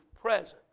present